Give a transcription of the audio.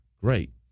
Great